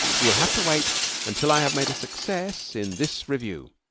you will have to wait until i have made a success in this revue.